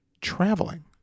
traveling